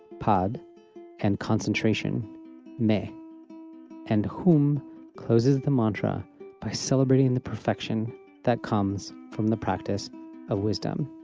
pad and concentration me and hum closes the mantra by celebrating the perfection that comes from the practice of wisdom.